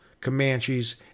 Comanches